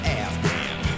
afghan